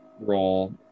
role